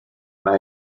mae